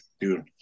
dude